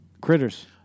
Critters